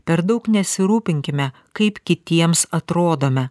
per daug nesirūpinkime kaip kitiems atrodome